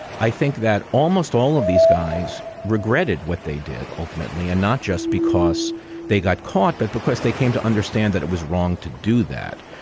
i think that almost all of these guys regretted what they did ultimately, and not just because they got caught, but because they came to understand that it was wrong to do that.